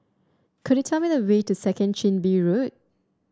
could you tell me the way to Second Chin Bee Road